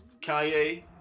Kanye